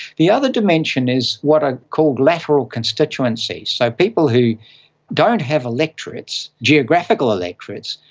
the other dimension is what i call lateral constituency. so people who don't have electorates, geographical electorates,